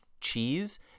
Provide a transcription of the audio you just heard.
cheese